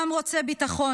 העם רוצה ביטחון.